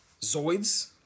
Zoids